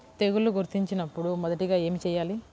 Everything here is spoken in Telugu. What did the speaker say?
తెగుళ్లు గుర్తించినపుడు మొదటిగా ఏమి చేయాలి?